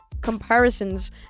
comparisons